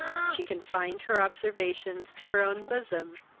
she confined her observations to her own bosom,